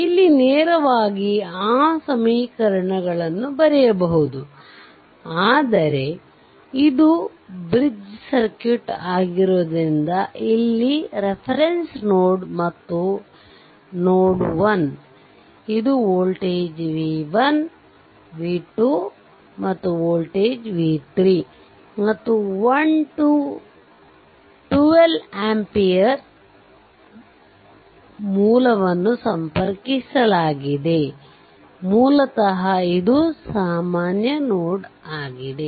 ಇಲ್ಲಿ ನೇರವಾಗಿ ಆ ಸಮೀಕರಣಗಳನ್ನು ಬರೆಬಹುದು ಆದರೆ ಇದು ಬ್ರಿಜ್ಜ್ ಸರ್ಕ್ಯೂಟ್ ಆಗಿರುವುದರಿಂದ ಇಲ್ಲಿ ಇದು ರೆಫರೆನ್ಸ್ ನೋಡ್ ಮತ್ತು ಇದು ನೋಡ್ 1 ಇದು ವೋಲ್ಟೇಜ್ v1 ಇದು ವೋಲ್ಟೇಜ್ v2 ಮತ್ತು ಇದು ವೋಲ್ಟೇಜ್ v3 ಮತ್ತು 1 2 ಆಂಪಿಯರ್ ಮೂಲವನ್ನು ಸಂಪರ್ಕಿಸಲಾಗಿದೆ ಮೂಲತಃ ಇದು ಸಾಮಾನ್ಯ ನೋಡ್ ಆಗಿದೆ